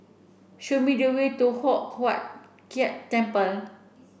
show me the way to Hock Huat Keng Temple